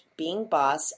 beingboss